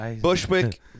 Bushwick